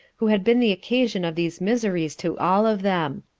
who had been the occasion of these miseries to all of them.